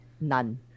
none